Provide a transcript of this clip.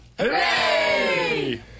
Hooray